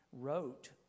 wrote